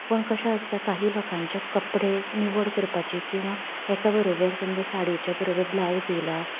पूण कशें आसता काही लोकांचें कपडे निवड करपाचें किंवां एका बरोबर समजा साडयेच्या बरोबर ब्लावज येयलां